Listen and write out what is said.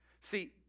See